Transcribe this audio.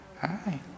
Hi